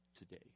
today